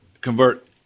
convert